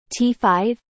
T5